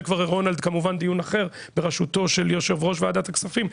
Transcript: זה כבר רולנד כמובן דיון אחר בראשותו של יושב ראש ועדת הכספים,